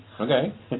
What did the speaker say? Okay